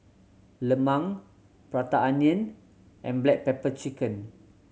lemang Prata Onion and black pepper chicken